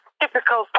typical